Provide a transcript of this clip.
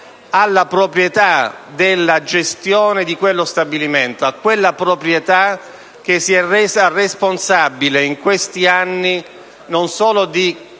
alla proprietà della gestione di quello stabilimento, a quella proprietà che si è resa responsabile in questi anni non solo di clamorose